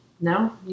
no